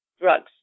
drugs